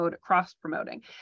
cross-promoting